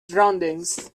surroundings